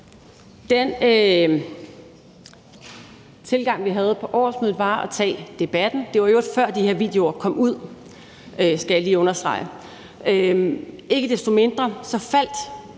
Den tilgang, vi havde på årsmødet, var at tage debatten. Det var i øvrigt, før de her videoer kom ud, skal jeg lige understrege. Ikke desto mindre faldt